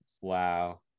Wow